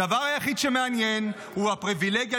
הדבר היחיד שמעניין אותם הוא הפריבילגיה